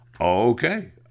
Okay